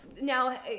now